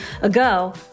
ago